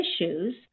issues